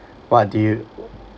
what do you